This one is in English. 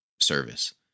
service